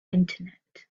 internet